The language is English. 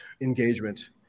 engagement